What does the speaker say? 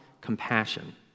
compassion